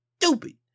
stupid